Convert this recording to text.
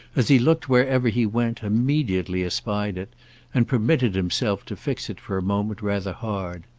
as he looked wherever he went immediately espied it and permitted himself to fix it for a moment rather hard.